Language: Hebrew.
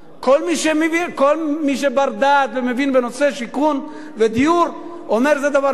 כל בר-דעת שמבין בנושא שיכון ודיור אומר: זה דבר נכון.